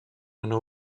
anar